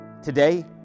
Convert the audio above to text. Today